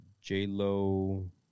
J-Lo